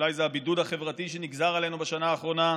אולי זה הבידוד החברתי שנגזר עלינו בשנה האחרונה,